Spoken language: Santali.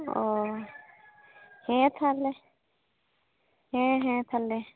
ᱚᱻ ᱦᱮᱸ ᱛᱟᱦᱚᱞᱮ ᱦᱮᱸ ᱦᱮᱸ ᱛᱟᱦᱚᱞᱮ